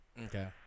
Okay